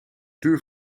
duur